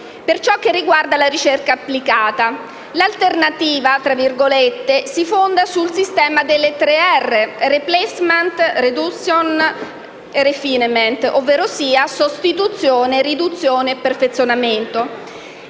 per quanto riguarda la ricerca applicata. L'alternativa si fonda sul sistema delle tre R, *replacement, reduction and refinement*, ovvero sostituzione, riduzione e perfezionamento.